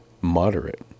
moderate